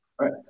Right